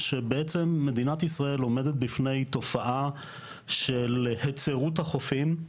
שבעצם מדינת ישראל עומדת בפני תופעה של היצרות החופים.